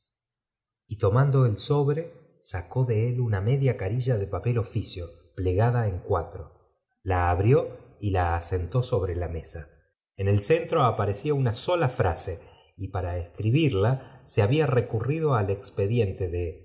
y tomando el sobre sacó de él una inedia carilla de papel de oficio plegada en cuatro la abrió y asentó sobre la mesa en el centro aparecía una pisóla frase y para escribirla se había recurrido al expediente de